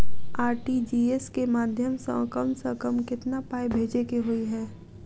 RTGS केँ माध्यम सँ कम सऽ कम केतना पाय भेजे केँ होइ हय?